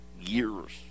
years